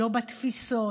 לא בתפיסות,